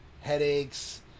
headaches